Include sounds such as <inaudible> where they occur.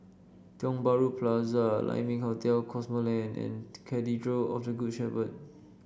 Tiong Bahru Plaza Lai Ming Hotel Cosmoland and <unintelligible> Cathedral of the Good Shepherd